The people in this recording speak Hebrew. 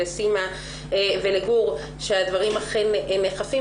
לסימה ולגור שהדברים אכן נאכפים.